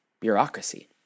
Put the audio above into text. bureaucracy